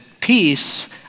peace